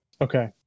Okay